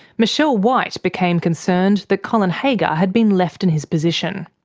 michelle white became concerned that colin haggar had been left in his position.